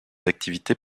activités